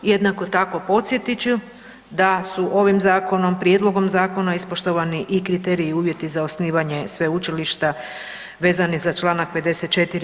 Jednako tako podsjetit ću da su ovim zakonom, prijedlogom zakona ispoštovani i kriteriji i uvjeti za osnivanje sveučilišta vezani za čl. 54.